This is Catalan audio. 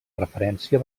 referència